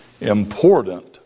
important